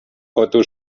otto